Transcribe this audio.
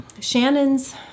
Shannon's